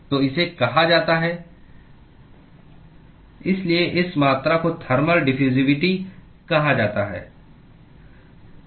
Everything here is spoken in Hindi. तो इसे कहा जाता है इसलिए इस मात्रा को थर्मल डिफ्युसिविटी कहा जाता है